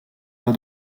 pas